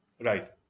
right